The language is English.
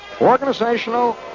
organizational